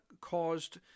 caused